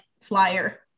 flyer